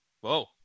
Whoa